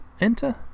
enter